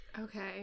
Okay